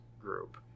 group